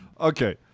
Okay